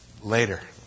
later